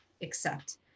accept